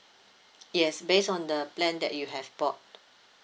yes based on the plan that you have bought